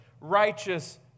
righteous